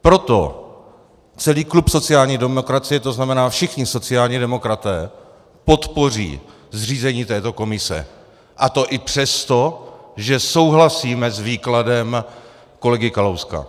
Proto celý klub sociální demokracie, to znamená všichni sociální demokraté, podpoří zřízení této komise, a to i přesto, že souhlasíme s výkladem kolegy Kalouska.